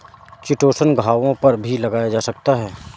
chitosan घावों पर भी लगाया जा सकता है